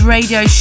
Radio